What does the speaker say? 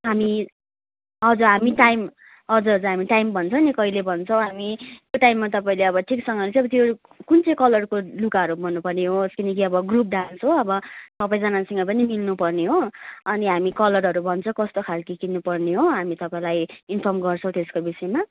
हामी हजुर हामी टाइम हजुर हजुर हामी टाइम भन्छौँ नि कहिले भन्छौँ हामी त्यो टाइममा तपाईँले अब ठिकसँगले चाहिँ अब त्यो कुन चाहिँ कलरको लुगाहरू भन्नु पर्ने हो किनकि अब ग्रुप डान्स हो अब सबैजनासँग पनि मिल्नु पर्ने हो अनि हामी कलरहरू भन्छौँ कस्तो खाले किन्नु पर्ने हो हामी तपाईँलाई इन्फर्म गर्छौँ त्यसको विषयमा